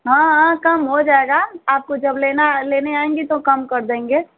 हाँ हाँ कम हो जाएगा आपको जब लेना लेने आएंगी तो कम कर देंगे